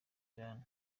iran